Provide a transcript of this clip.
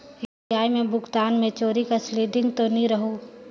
UPI भुगतान मे चोरी कर सिलिंडर तो नइ रहु?